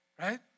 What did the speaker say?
Right